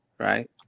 Right